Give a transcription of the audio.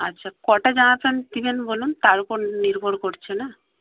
আচ্ছা কটা জামা প্যান্ট দেবেন বলুন তার উপর নির্ভর করছে না